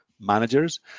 managers